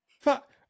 Fuck